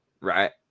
right